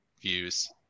views